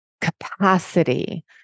capacity